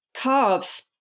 carbs